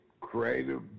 creative